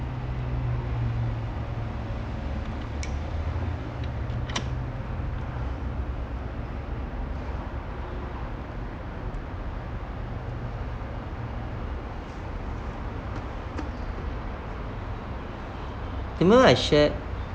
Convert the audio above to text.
remember I shared